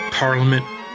Parliament